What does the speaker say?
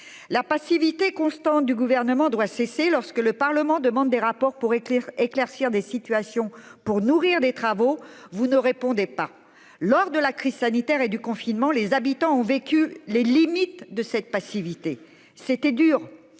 la passivité constante du gouvernement doit cesser. Lorsque le Parlement demande des rapports pour écrire éclaircir des situations pour nourrir des travaux. Vous ne répondez pas lors de la crise sanitaire et du confinement, les habitants ont vécu les limites de cette passivité c'était dur,